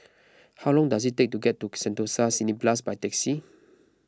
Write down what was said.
how long does it take to get to Sentosa Cineblast by taxi